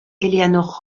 eleanor